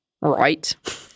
Right